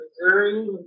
Missouri